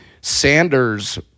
Sanders